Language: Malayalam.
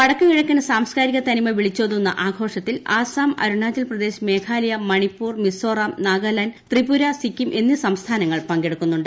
വടക്കു കിഴക്കൻ സാംസ്കാരിക തനിമ വിളിച്ചോതുന്ന ആഘോഷത്തിൽ ആസ്സാം അരുണാചൽപ്രദേശ് മേഘാലയ മണിപ്പൂർ മിസ്സോറാം നാഗാലാന്റ് ത്രിപുര സിക്കിം എന്നീ സംസ്ഥാനങ്ങൾ പങ്കെടുക്കുന്നുണ്ട്